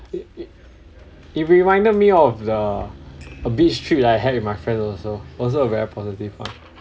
it it it reminded me of the a beach trip that I had with my friend also also a very positive one